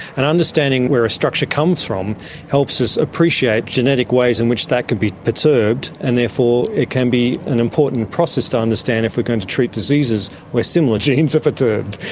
and understanding where a structure comes from helps us appreciate genetic ways in which that could be perturbed, and therefore it can be an important process to understand if we're going to treat diseases where similar genes are perturbed.